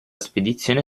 spedizione